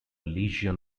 legion